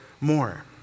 more